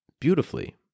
Beautifully